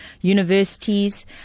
universities